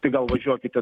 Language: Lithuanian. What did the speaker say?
tai gal važiuokite